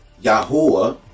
Yahweh